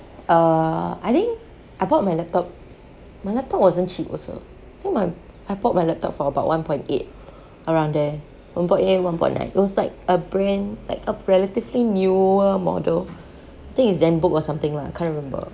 uh I think I bought my laptop my laptop wasn't cheap also I think my I bought my laptop for about one point eight around there one point eight one point nine it was like a bran~ like a relatively newer model I think it's zen book or something lah I can't remember